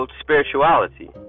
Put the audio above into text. spirituality